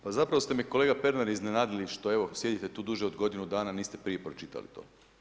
Ma zapravo ste me, kolega Pernar iznenadili što evo sjedite tu duže od godinu dana, niste prije pročitali to.